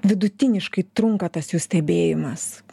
vidutiniškai trunka tas jų stebėjimas